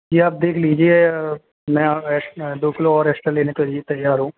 यह आप देख लीजिए मैं दो किलो एक्स्ट्रा लेने के लिए तैयार हूं